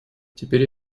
теперь